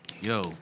Yo